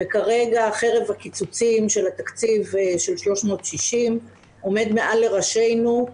כרגע חרב הקיצוצים של התקציב של 360 עומד מעל לראשינו.